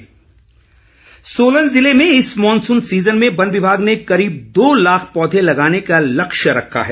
पौधरोपण सोलन जिले में इस मॉनसून सीज़न में वन विभाग ने करीब दो लाख पौधे लगाने का लक्ष्य रखा है